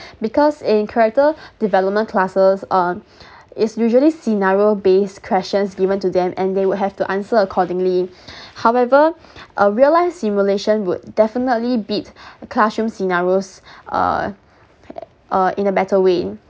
because in character development classes um is usually scenario based questions given to them and they will have to answer accordingly however a real life simulation would definitely beat classroom scenarios uh uh in a better way